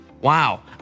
Wow